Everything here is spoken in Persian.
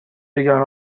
بگن